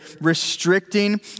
restricting